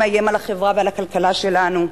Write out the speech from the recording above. המאיים על החברה ועל הכלכלה שלנו,